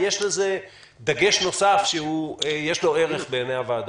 יש לזה דגש נוסף שיש לו ערך בעיני הוועדה.